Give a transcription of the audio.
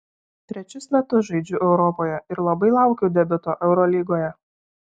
trečius metus žaidžiu europoje ir labai laukiu debiuto eurolygoje